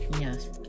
yes